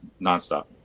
nonstop